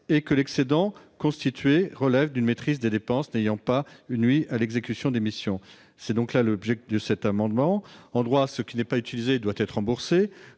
et que l'excédent constitué relève d'une maîtrise des dépenses n'ayant pas nui à l'exécution des missions. Tel est l'objet de cet amendement. En droit, ce qui n'est pas utilisé doit être restitué.